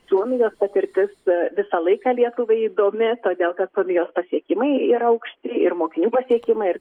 suomijos patirtis visą laiką lietuvai įdomi todėl kad suomijos pasiekimai yra aukšti ir mokinių pasiekimai ir